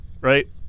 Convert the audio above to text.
right